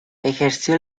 ejerció